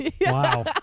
Wow